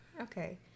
Okay